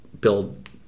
build